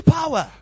power